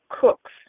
cooks